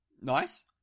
Nice